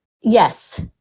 Yes